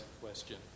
question